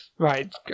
Right